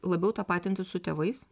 labiau tapatintis su tėvais